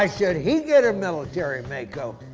why should he get a military makeover?